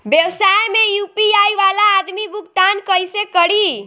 व्यवसाय में यू.पी.आई वाला आदमी भुगतान कइसे करीं?